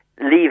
Leave